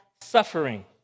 suffering